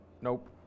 Nope